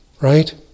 right